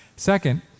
Second